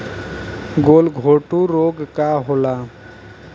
गलघोटू रोग का होला?